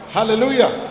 Hallelujah